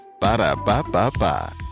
Ba-da-ba-ba-ba